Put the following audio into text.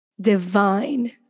divine